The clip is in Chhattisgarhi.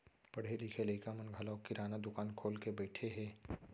पढ़े लिखे लइका मन घलौ किराना दुकान खोल के बइठे हें